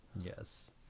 Yes